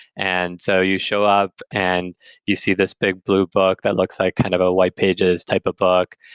and so you show up and you see this big blue book that looks like kind of a white pages type of book,